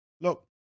Look